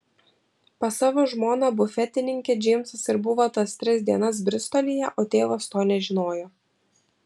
pas savo žmoną bufetininkę džeimsas ir buvo tas tris dienas bristolyje o tėvas to nežinojo